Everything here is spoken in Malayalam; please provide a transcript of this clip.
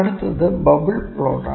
അടുത്തത് ബബിൾ പ്ലോട്ട് ആണ്